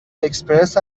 اکسپرس